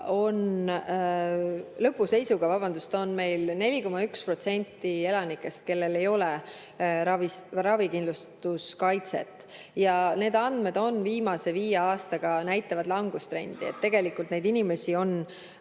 lõpu seisuga on meil 4,1% elanikest, kellel ei ole ravikindlustuskaitset. Need andmed viimase viie aastaga näitavad langustrendi, tegelikult neid inimesi on